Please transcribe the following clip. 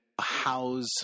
house